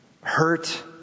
Hurt